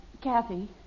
Kathy